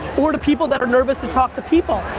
or to people that are nervous and talk to people.